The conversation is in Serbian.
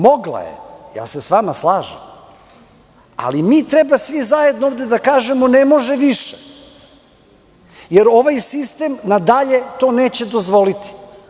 Mogla je, slažem se sa vama, ali mi treba svi zajedno ovde da kažemo – ne može više, jer ovaj sistem nadalje to neće dozvoliti.